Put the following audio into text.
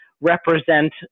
represent